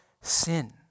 sin